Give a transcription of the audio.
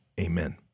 amen